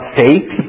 faith